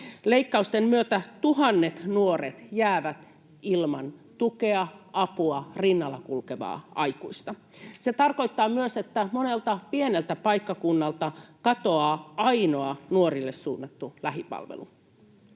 Leikkausten myötä tuhannet nuoret jäävät ilman tukea, apua, rinnalla kulkevaa aikuista. Se tarkoittaa myös, että monelta pieneltä paikkakunnalta katoaa ainoa nuorille suunnattu lähipalvelu.